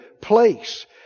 place